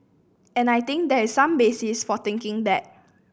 and I think there is some basis for thinking that